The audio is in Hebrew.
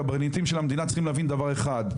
הקברניטים של המדינה צריכים להבין דבר אחד.